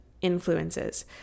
influences